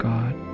God